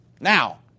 Now